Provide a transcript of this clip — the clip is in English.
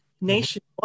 nationwide